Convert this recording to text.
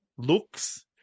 Looks